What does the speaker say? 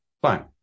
Fine